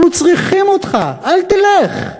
אנחנו צריכים אותך, אל תלך.